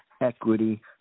equity